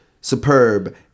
superb